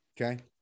Okay